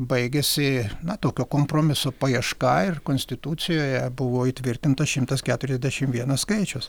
baigėsi na tokio kompromiso paieška ir konstitucijoje buvo įtvirtinta šimtas keturiasdešimt vienas skaičius